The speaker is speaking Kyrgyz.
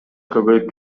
көбөйүп